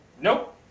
Nope